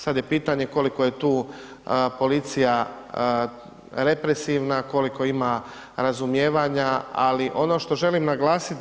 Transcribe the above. Sad je pitanje koliko je tu policija represivna, koliko ima razumijevanja, ali ono što želim naglasiti.